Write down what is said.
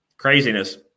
Craziness